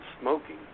smoking